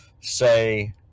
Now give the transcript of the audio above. say